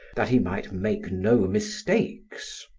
that he might make no mistakes.